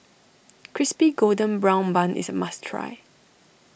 Crispy Golden Brown Bun is a must try